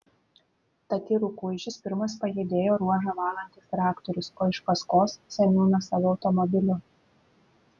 tad į rukuižius pirmas pajudėjo ruožą valantis traktorius o iš paskos seniūnas savo automobiliu